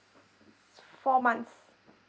four months